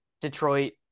Detroit